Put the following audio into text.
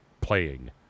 playing